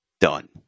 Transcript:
Done